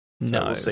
No